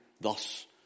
thus